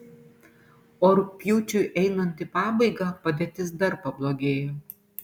o rugpjūčiui einant į pabaigą padėtis dar pablogėjo